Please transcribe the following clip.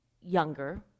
younger